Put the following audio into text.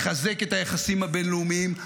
לחזק את היחסים הבין-לאומיים,